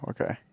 Okay